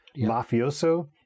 mafioso